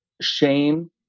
shame